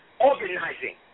organizing